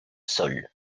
sol